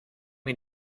mir